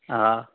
हा